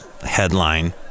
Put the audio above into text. headline